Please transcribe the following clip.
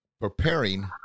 preparing